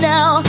Now